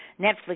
Netflix